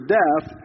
death